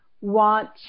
want